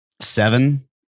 seven